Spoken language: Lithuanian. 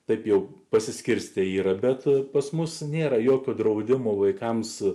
taip jau pasiskirstė yra bet pas mus nėra jokio draudimo vaikams